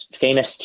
famous